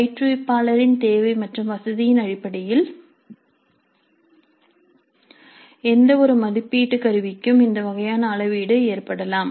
பயிற்றுவிப்பாளரின் தேவை மற்றும் வசதியின் அடிப்படையில் எந்தவொரு மதிப்பீட்டு கருவிக்கும் இந்த வகையான அளவீடு ஏற்படலாம்